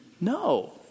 No